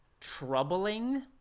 troubling